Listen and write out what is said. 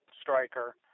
striker